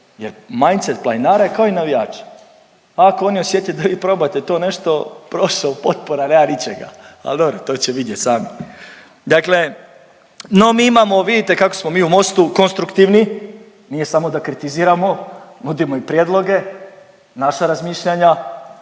jer mindset planinara je kao i navijača. Ako oni osjete da vi probate to nešto, prošao potpora nema ničega, ali dobro to će vidjet sami. Dakle, no mi imamo vidite kako smo mi u MOST-u konstruktivni nije samo da kritiziramo, nudimo i prijedloge, naša razmišljanja,